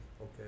Okay